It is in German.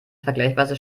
vergleichsweise